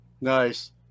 Nice